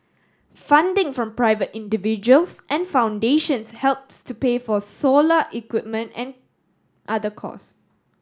funding from private individuals and foundations helps to pay for solar equipment and other cost